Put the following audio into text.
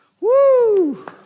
Woo